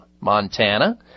Montana